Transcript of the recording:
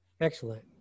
Excellent